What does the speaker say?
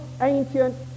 ancient